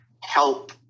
help